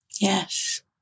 Yes